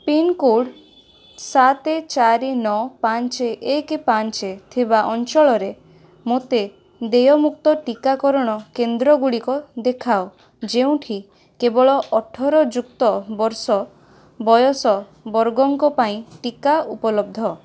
pincode ସାତ ଚାରି ନଅ ପାଞ୍ଚ ଏକ ପାଞ୍ଚ ଥିବା ଅଞ୍ଚଳରେ ମୋତେ ଦେୟମୁକ୍ତ ଟିକାକରଣ କେନ୍ଦ୍ରଗୁଡ଼ିକ ଦେଖାଅ ଯେଉଁଠି କେବଳ ଅଠର ଯୁକ୍ତ ବର୍ଷ ବୟସ ବର୍ଗଙ୍କ ପାଇଁ ଟିକା ଉପଲବ୍ଧ